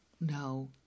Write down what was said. no